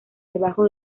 debajo